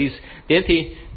તેથી તે કુલ 7 બાઇટ્સ છે